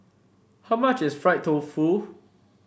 how much is Fried Tofu